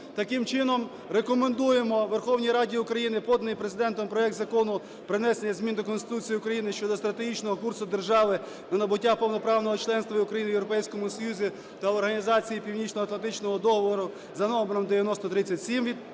Таким чином, рекомендуємо Верховній Раді України поданий Президентом проект Закону про внесення змін до Конституції України (щодо стратегічного курсу держави на набуття повноправного членства України в Європейському Союзі та в Організації Північноатлантичного договору) за номером 9037